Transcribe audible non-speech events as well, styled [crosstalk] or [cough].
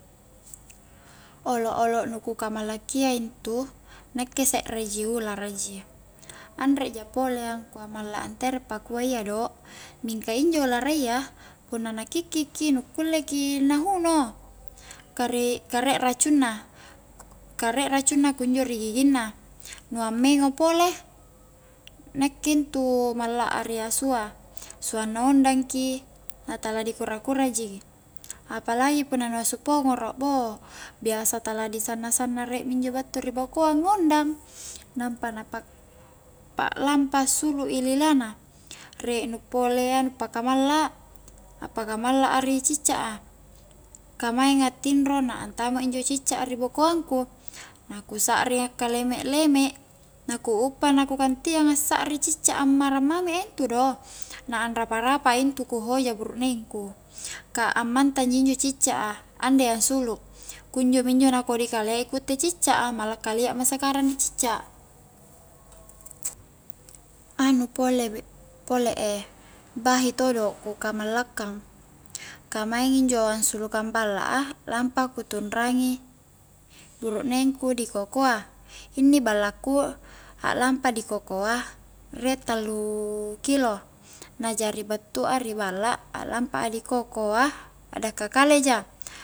[hesitation] olok-olok nu kamallakia intu nakke sekre ji, ulara ji, anre ja pole angkua malla ntere pakua iya do', mingka injo ulaera iya punna nakikki ki nu kulle ki na huno ka ri ka riek racunna ka riek racunna kunjo ri giginna nu ammengo pole nakke intu malla a ri asua, suang na ondang ki na tala di kura-kura ji apalagi punna nu asu pongoro bou biasa tala di sanna-sanna riek mi injo battu ri bokoang ngondang nampa na pak pa'lampa sulu i lila na riek nu pole iya nu paka malla appaka malla a ri cicca a ka mainga tinro na antama njo cicca a ri bokoang ku, na ku sakring akkaleme-leme na ku uppa na ku kantiang assara i cicca a ammarang mami a intu do na anrapa-rapa a intu ku hoja burukneng ku ka ammantangi injo cicca a andai ansulu, kunjo minjo na kodi kalia i ku itte cicca a malla kalia ma sekarang di cicca anu pole-pole e bahi todo ku kamallakkang ka maing injo ansulukang balla a lampa ku tunrangi buruknengku di kokoa inni ballaku aklampa dikokoa riek tallu kilo na jari battu a ri balla a'lampa a dikokoa a'dakka kale ja